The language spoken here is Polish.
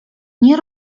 nie